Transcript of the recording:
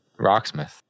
Rocksmith